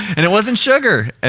and it wasn't sugar. ah